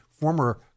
former